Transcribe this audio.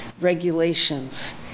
regulations